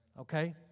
Okay